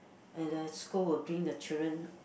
and the